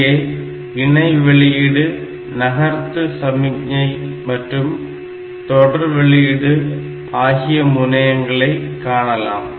இங்கே இணை வெளியீடு நகர்த்து சமிக்ஞை மற்றும் தொடர் வெளியீடு ஆகிய முனையங்களை காணலாம்